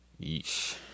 Yeesh